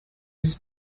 his